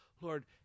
Lord